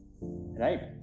right